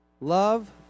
Love